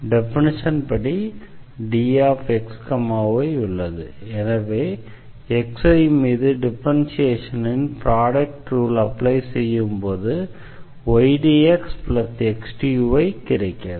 definition படி dxy உள்ளது எனவே xyமீது டிஃபரண்ஷியேஷனின் ப்ரொடெக்ட் ரூலை அப்ளை செய்யும்போது ydxxdy கிடைக்கிறது